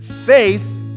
faith